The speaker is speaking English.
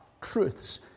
truths